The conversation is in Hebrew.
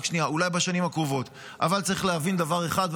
אבל צריך להבין דבר אחד,